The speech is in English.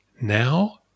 now